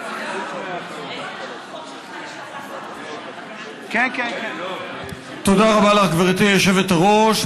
אותך, תודה רבה לך, גברתי היושבת-ראש.